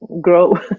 grow